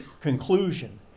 conclusion